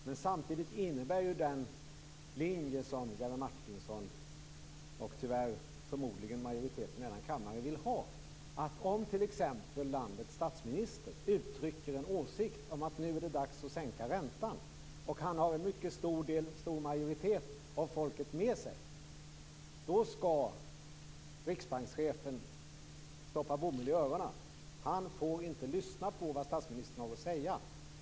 Men samtidigt innebär ju den linje som Jerry Martinger och tyvärr förmodligen majoriteten i denna kammare vill ha att om t.ex. landets statsminister uttrycker en åsikt om att det nu är dags att sänka räntan, och han har en mycket stor majoritet av folket med sig, då skall riksbankschefen stoppa bomull i öronen. Han får inte lyssna på vad statsministern har att säga.